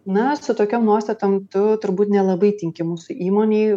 na su tokiom nuostatom tu turbūt nelabai tinki mūsų įmonėj